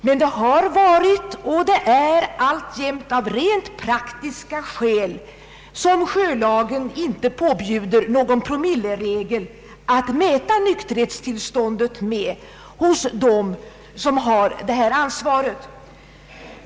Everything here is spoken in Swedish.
Men det har varit och är alltjämt av rent praktiska skäl som sjölagen inte påbjuder någon promilleregel när det gäller att bedöma nykterhetstillståndet hos dem som har detta ansvar.